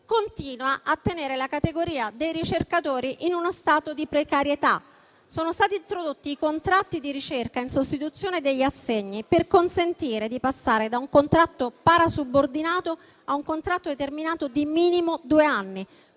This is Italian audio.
continua a tenere la categoria dei ricercatori in uno stato di precarietà. Sono stati introdotti i contratti di ricerca in sostituzione degli assegni per consentire di passare da un contratto parasubordinato a un contratto determinato di minimo due anni,